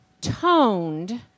toned